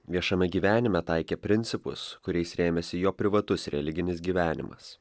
viešame gyvenime taikė principus kuriais rėmėsi jo privatus religinis gyvenimas